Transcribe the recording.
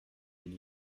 ils